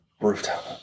Rooftop